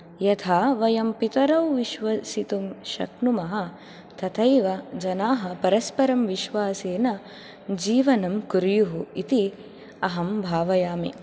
यथा वयं पितरौ विश्वसितुं शक्नुमः तथैव जनाः परस्परं विश्वासेन जीवनं कुर्युः इति अहं भावयामि